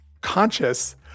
conscious